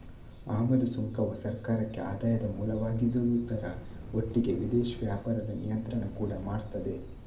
ಆಮದು ಸುಂಕವು ಸರ್ಕಾರಕ್ಕೆ ಆದಾಯದ ಮೂಲವಾಗಿರುವುದರ ಒಟ್ಟಿಗೆ ವಿದೇಶಿ ವ್ಯಾಪಾರದ ನಿಯಂತ್ರಣ ಕೂಡಾ ಮಾಡ್ತದೆ